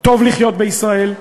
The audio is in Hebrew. טוב לחיות בישראל,